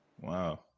Wow